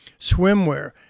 swimwear